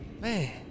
man